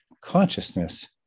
consciousness